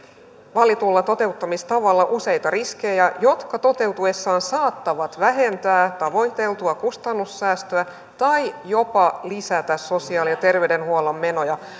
valitulla toteuttamistavalla useita riskejä jotka toteutuessaan saattavat vähentää tavoiteltua kustannussäästöä tai jopa lisätä sosiaali ja terveydenhuollon menoja